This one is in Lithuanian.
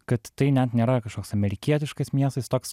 kad tai net nėra kažkoks amerikietiškas miestas jis toks